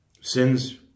sin's